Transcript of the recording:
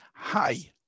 Hi